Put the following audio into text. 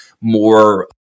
more